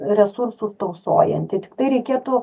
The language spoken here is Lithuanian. resursus tausojanti tiktai reikėtų